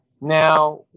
Now